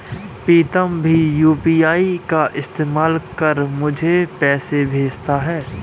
प्रीतम भीम यू.पी.आई का इस्तेमाल कर मुझे पैसे भेजता है